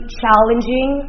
challenging